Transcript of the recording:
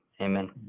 Amen